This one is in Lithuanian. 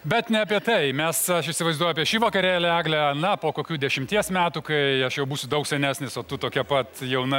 bet ne apie tai mes aš įsivaizduoju apie šį vakarėlį egle na po kokių dešimties metų kai aš jau būsiu daug senesnis o tu tokia pat jauna